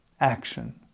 action